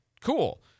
cool